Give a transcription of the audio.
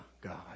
God